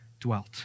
dwelt